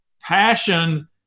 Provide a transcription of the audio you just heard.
passion